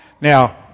Now